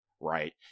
right